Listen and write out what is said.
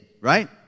right